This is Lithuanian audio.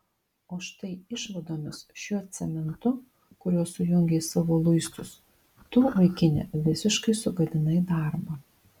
o štai išvadomis šiuo cementu kuriuo sujungei savo luistus tu vaikine visiškai sugadinai darbą